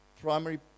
primary